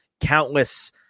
countless